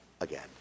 again